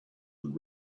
and